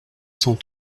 cent